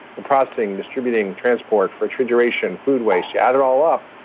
the processing, distributing, transport, refrigeration, food waste. you add it all up,